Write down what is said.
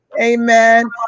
amen